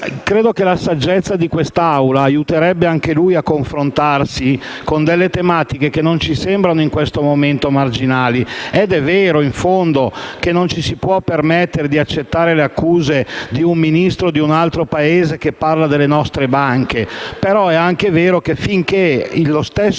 Penso che la saggezza di quest'Assemblea aiuterebbe anche lui a confrontarsi con tematiche che non ci sembrano marginali in questo momento. È vero, in fondo, che non ci si può permettere di accettare le accuse di un Ministro di un altro Paese che parla delle nostre banche; ma è anche vero che finché il